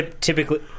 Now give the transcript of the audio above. typically